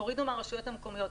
תורידו מהרשויות המקומיות.